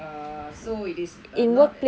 so it is not